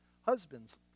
husbands